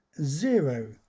Zero